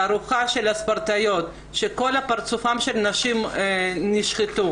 תערוכה של הספורטאיות שכל פרצופן של הנשים הושחתו